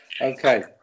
Okay